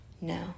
No